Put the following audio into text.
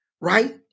right